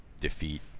defeat